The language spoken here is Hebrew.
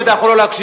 אתה יכול להמשיך.